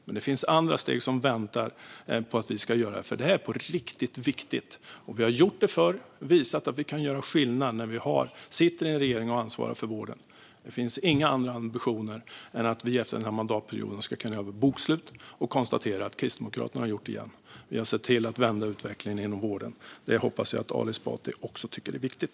Men det finns andra steg som väntar för oss att ta, för det här är på riktigt viktigt. Vi har gjort det förr; vi har visat att vi kan göra skillnad när vi sitter i en regering och ansvarar för vården. Det finns inga andra ambitioner än att vi efter denna mandatperiod ska kunna göra ett bokslut där man kan konstatera att Kristdemokraterna har gjort det igen, att vi har vänt utvecklingen inom vården. Det hoppas jag att också Ali Esbati tycker är viktigt.